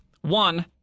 One